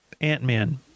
Ant-Man